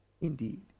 Indeed